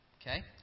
Okay